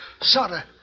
Sutter